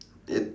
it